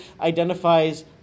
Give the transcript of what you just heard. identifies